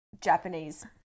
Japanese